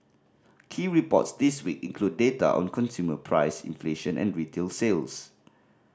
key reports this week include data on consumer price inflation and retail sales